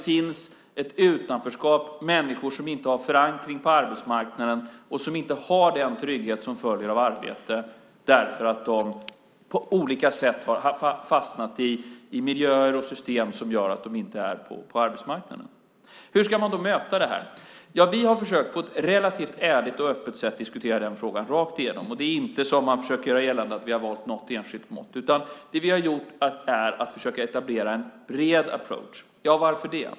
Det är människor som inte är förankrade på arbetsmarknaden och som inte har den trygghet som följer av arbete därför att de på olika sätt har fastnat i miljöer och system som gör att de inte är på arbetsmarknaden. Hur ska man mäta det här? Vi har försökt att på ett relativt öppet och ärligt sätt diskutera frågan rakt igenom. Det är inte så som man har gjort gällande att vi har valt något enskilt mått. Det vi har gjort är att försöka etablera en bred approach. Varför det?